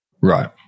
Right